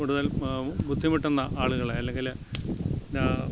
കൂടുതൽ ബുദ്ധിമുട്ടുന്ന ആളുകളെ അല്ലെങ്കില്